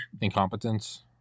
Incompetence